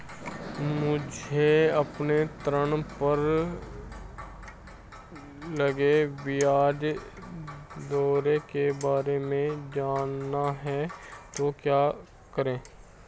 मुझे अपने ऋण पर लगी ब्याज दरों के बारे में जानना है तो क्या करें?